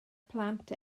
plant